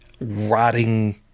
rotting